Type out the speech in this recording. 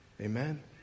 Amen